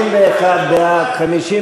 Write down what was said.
59 בעד, 61 נגד.